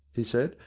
he said.